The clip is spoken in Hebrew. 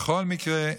בכל מקרה,